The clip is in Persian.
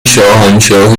شاهنشاهی